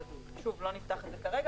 שוב, לא נפתח את זה כרגע.